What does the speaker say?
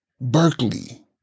Berkeley